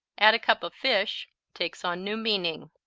add a cup of fish, takes on new meaning.